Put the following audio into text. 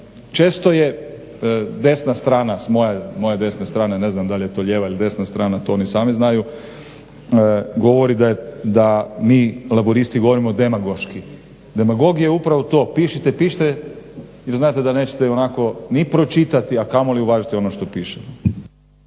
često je desna strana, s moje desne strane ne znam da li je to lijeva ili desna strana to oni sami znaju govori da mi laburisti govorimo demagoški. Demagogija je upravo to, pištite, pišite jer znate da nećete ionako ni pročitati a ni uvažiti ono što piše.